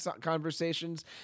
conversations